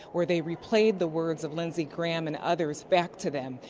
where they replayed the words of lindsey graham and others back to them.